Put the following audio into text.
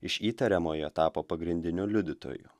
iš įtariamojo tapo pagrindiniu liudytoju